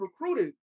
recruited